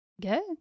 good